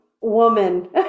woman